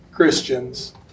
Christians